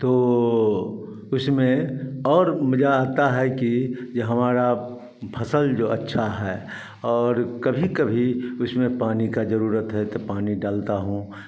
तो उसमें और मज़ा आता है कि जो हमारा फ़सल जो अच्छा है और कभी कभी उसमें पानी का ज़रूरत है तो पानी डालता हूँ